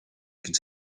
could